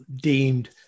deemed